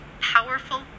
Powerful